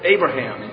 Abraham